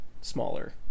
smaller